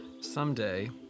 Someday